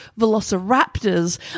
velociraptors